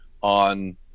on